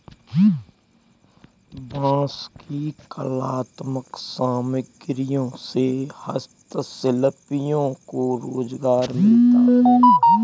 बाँस की कलात्मक सामग्रियों से हस्तशिल्पियों को रोजगार मिलता है